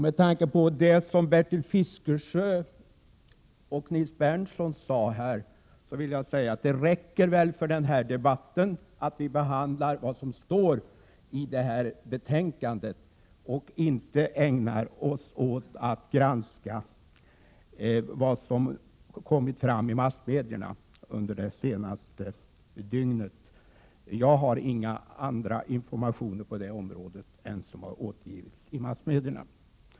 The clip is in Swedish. Med tanke på det som Bertil Fiskesjö och Nils Berndtson sade vill jag säga att det väl räcker för den här debatten att vi behandlar vad som står i betänkandet och inte ägnar oss åt att granska vad som kommit fram i massmedierna under det senaste dygnet. Jag har inga andra informationer på det området än vad som har återgivits i massmedierna.